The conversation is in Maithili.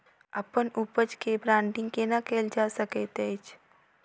अप्पन उपज केँ ब्रांडिंग केना कैल जा सकैत अछि?